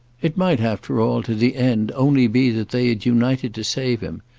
it might after all, to the end, only be that they had united to save him,